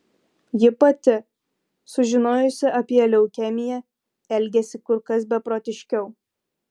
ji pati sužinojusi apie leukemiją elgėsi kur kas beprotiškiau